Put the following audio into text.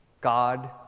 God